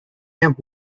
amp